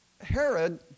Herod